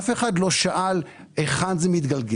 אף אחד לא שאל היכן זה מתגלגל.